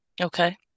Okay